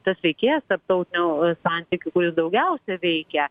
tas veikėjas tarptautinių santykių kuris daugiausia veikia